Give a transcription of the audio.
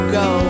go